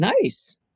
nice